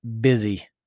busy